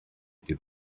dydd